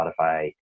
Spotify